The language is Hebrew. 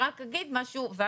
אם